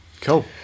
Cool